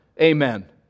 Amen